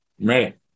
Right